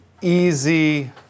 easy